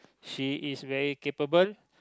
she is very capable